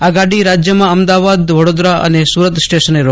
આ ગાડી રાજ્યમાં અમદાવાદ વડોદરા અને સુરત સ્ટેશને રોકાશે